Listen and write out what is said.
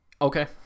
Okay